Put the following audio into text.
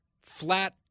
flat